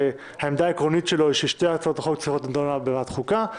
שהעמדה העקרונית שלו היא ששתי הצעות החוק צריכות לדון בוועדת החוקה,